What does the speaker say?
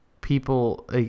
people